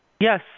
yes